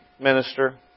Minister